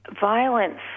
Violence